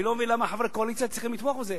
אבל אני לא מבין למה חברי קואליציה צריכים לתמוך בזה.